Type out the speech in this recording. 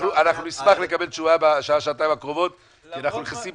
אנחנו נשמח לקבל תשובה בשעה-שעתיים הקרובות כי אנחנו נכנסים